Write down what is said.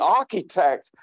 architect